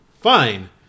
fine